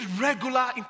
regular